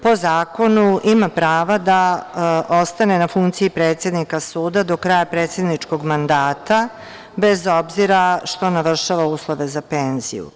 Po zakonu ima prava da ostane na funkciji predsednika suda do kraja predsedničkog mandata, bez obzira što navršava uslove za penziju.